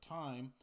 time